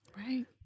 right